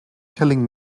telling